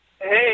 Hey